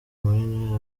munini